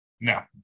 No